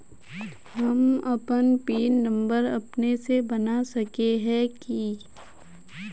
हम अपन pin number अपने से बना सके है की?